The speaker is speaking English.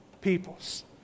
peoples